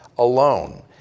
alone